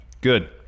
good